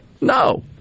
No